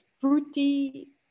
fruity